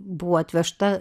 buvo atvežta